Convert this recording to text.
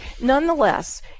nonetheless